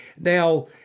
Now